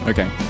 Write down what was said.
Okay